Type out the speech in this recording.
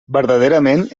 verdaderament